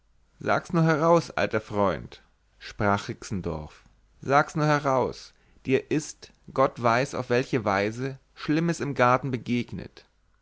sag's nur heraus alter freund sprach rixendorf sag's nur heraus dir ist gott weiß auf welche weise schlimmes im garten begegnet